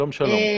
שלום, שלום.